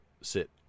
sit